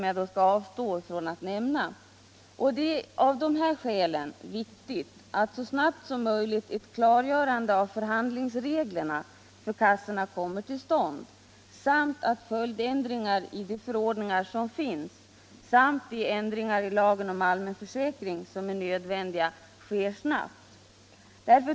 Jag skall avstå från att tala om dem. Det är av dessa skäl viktigt att ett klargörande av förhandlingsreglerna för kassorna så snabbt som möjligt kommer till stånd samt att följdändringar i de förordningar som finns och de ändringar i lagen om allmän försäkring som är nödvändiga sker snabbt.